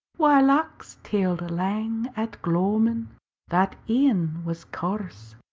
warlochs tirled lang at gloamin' that e'en was coarse,